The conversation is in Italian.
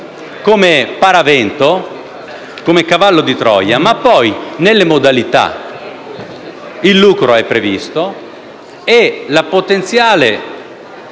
come paravento, come cavallo di Troia, ma, poi, nelle modalità, il lucro è previsto e il potenziale